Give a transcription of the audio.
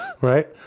right